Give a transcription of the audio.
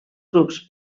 grups